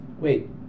Wait